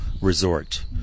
resort